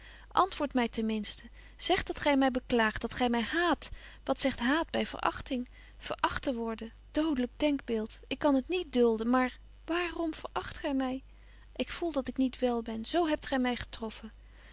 my ten minsten zeg dat betje wolff en aagje deken historie van mejuffrouw sara burgerhart gy my beklaagt dat gy my haat wat zegt haat by verachting veracht te worden doodlyk denkbeeld ik kan het niet dulden maar waarom veracht gy my ik voel dat ik niet wel ben zo hebt gy my getroffen